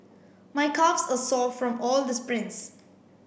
my calves are sore from all the sprints